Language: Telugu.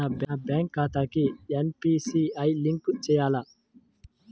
నా బ్యాంక్ ఖాతాకి ఎన్.పీ.సి.ఐ లింక్ చేయాలా?